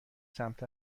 سمت